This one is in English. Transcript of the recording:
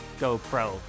GoPro